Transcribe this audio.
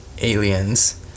aliens